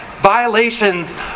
violations